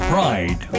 Pride